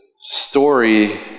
story